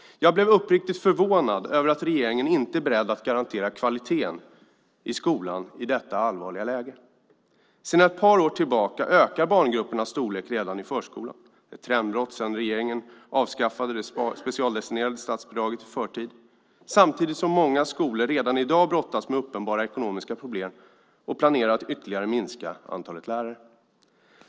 Jag är uppriktigt förvånad över att regeringen i detta allvarliga läge inte är beredd att garantera kvaliteten i skolan. Sedan ett par år tillbaka ökar barngruppernas storlek redan i förskolan - ett trendbrott sedan regeringen i förtid avskaffade det specialdestinerade statsbidraget - samtidigt som många skolor redan i dag brottas med uppenbara ekonomiska problem och planerar att ytterligare minska antalet lärare.